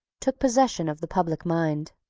took possession of the public mind.